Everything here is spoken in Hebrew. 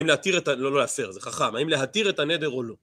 לא להפר, זה חכם, האם להתיר את הנדר או לא.